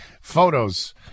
photos